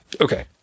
Okay